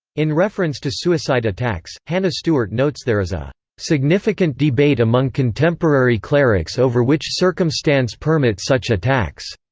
in reference to suicide attacks, hannah stuart notes there is a significant debate among contemporary clerics over which circumstance permit such attacks.